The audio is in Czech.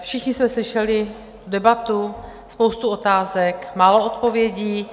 Všichni jsme slyšeli debatu, spoustu otázek, málo odpovědí.